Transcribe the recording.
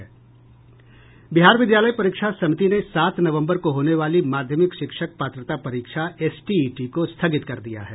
बिहार विद्यालय परीक्षा समिति ने सात नवम्बर को होने वाली माध्यमिक शिक्षक पात्रता परीक्षा एसटीईटी को स्थगित कर दिया है